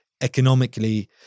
economically